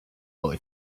boy